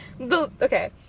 Okay